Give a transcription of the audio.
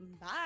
Bye